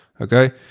okay